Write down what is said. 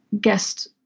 guest